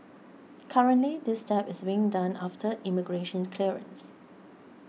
currently this step is being done after immigration clearance